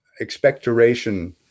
expectoration